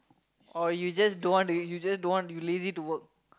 or you just don't want to you just don't want to you lazy to work